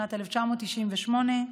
משנת 1998,